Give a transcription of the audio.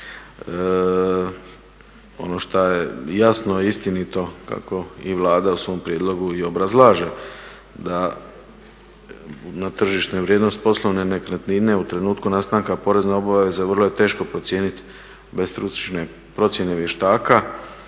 ono što je jasno i istinito kako i Vlada u svom prijedlogu i obrazlaže da na tržištu vrijednost poslovne nekretnine u trenutku nastanka porezne obveze vrlo je teško procijeniti bez stručne procjene vještaka